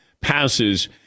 passes